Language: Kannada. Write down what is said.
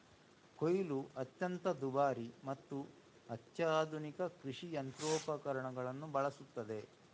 ಕೊಯ್ಲು ಅತ್ಯಂತ ದುಬಾರಿ ಮತ್ತು ಅತ್ಯಾಧುನಿಕ ಕೃಷಿ ಯಂತ್ರೋಪಕರಣಗಳನ್ನು ಬಳಸುತ್ತದೆ